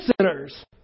sinners